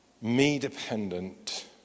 me-dependent